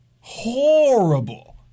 Horrible